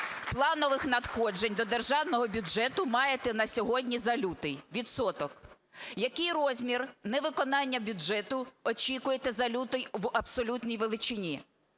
планових надходжень до державного бюджету маєте на сьогодні за лютий? Відсоток. Який розмір невиконання бюджету очікуєте за лютий в абсолютній величині?